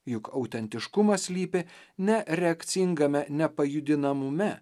juk autentiškumas slypi ne reakcingame nepajudinamume